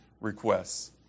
requests